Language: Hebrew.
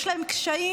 יש להן קשיים,